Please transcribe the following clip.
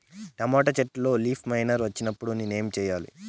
Tomato చెట్టులో leaf miner వచ్చినప్పుడు నేను ఏమి చెయ్యాలి?